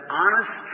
honest